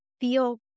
feel